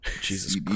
Jesus